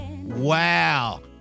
Wow